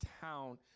town